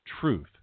truth